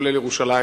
כולל ירושלים.